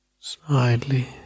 slightly